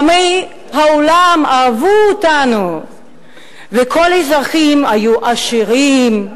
עמי העולם אהבו אותנו וכל האזרחים היו עשירים,